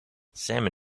salmon